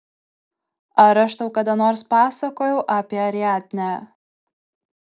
ar aš tau kada nors pasakojau apie ariadnę